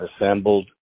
assembled